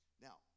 Now